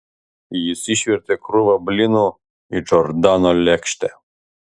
jis išvertė krūvą blynų į džordano lėkštę